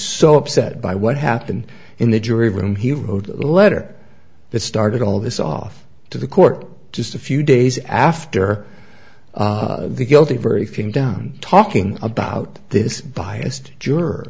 so upset by what happened in the jury room he wrote a letter that started all this off to the court just a few days after the guilty verdict came down talking about this biased juror